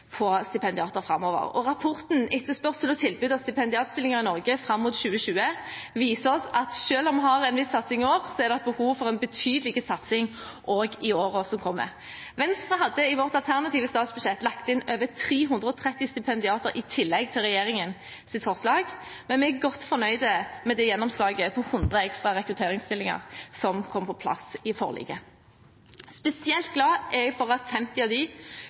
på stipendiater framover, og rapporten «Etterspørsel etter og tilbud av stipendiatstillinger i Norge frem mot 2020» viser oss at selv om vi har en viss satsing i år, er det et behov for en betydelig satsing også i årene som kommer. Venstre hadde i sitt alternative statsbudsjett lagt inn over 330 stipendiater i tillegg til regjeringens forslag, men vi er godt fornøyd med gjennomslaget på 100 ekstra rekrutteringsstillinger, som kom på plass i forliket. Spesielt glad er jeg for at 50 av disse går til de